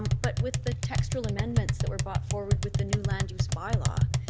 but with the textual amendments that were brought forward with the new land use bylaw,